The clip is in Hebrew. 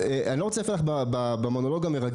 אני לא רוצה להפריע לך במונולוג המרגש,